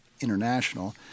International